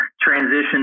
transition